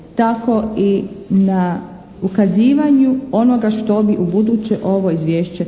tako i na ukazivanju onoga što bi ubuduće ovo izvješće